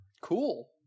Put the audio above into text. Cool